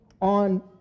on